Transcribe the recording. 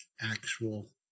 actual